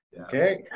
Okay